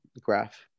graph